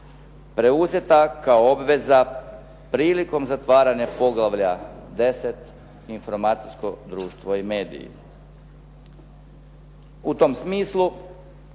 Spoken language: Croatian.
preuzeta kao obveza prilikom zatvaranja poglavlja 10.-Informatičko društvo i mediji.